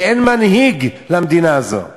כי אין מנהיג למדינה הזאת.